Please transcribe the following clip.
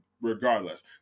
regardless